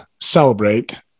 celebrate